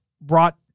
brought